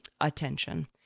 attention